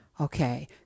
okay